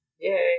Yay